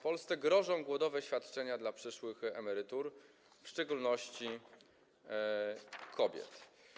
Polsce grożą głodowe świadczenia dla przyszłych emerytów, w szczególności kobiet.